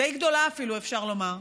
די גדולה אפילו, אפשר לומר.